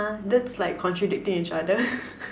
!huh! that's like contradicting each other